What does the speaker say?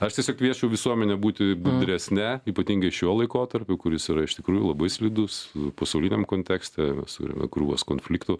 aš tiesiog kviesčiau visuomenę būti budresne ypatingai šiuo laikotarpiu kuris yra iš tikrųjų labai slidus pasauliniam kontekste mes turime krūvas konfliktų